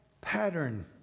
pattern